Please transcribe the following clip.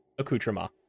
accoutrement